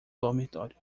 dormitório